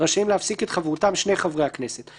רשאים להפסיק את חברותם שני חברי הכנסת,